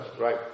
right